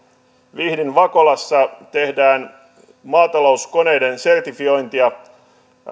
vihdin vakolassa tehdään maatalouskoneiden sertifiointia